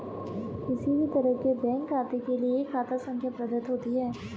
किसी भी तरह के बैंक खाते के लिये एक खाता संख्या प्रदत्त होती है